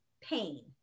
pain